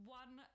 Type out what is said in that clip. one